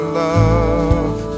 love